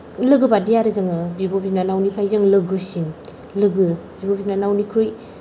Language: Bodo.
लोगो बायदि आरो जोङो बिब' बिनानावनिफ्राय जोङो लोगोसिन लोगो बिब' बिनानावनिख्रुइ